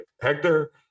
Hector